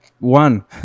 one